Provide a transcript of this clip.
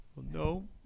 no